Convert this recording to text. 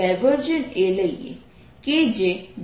A લઈએ કે જે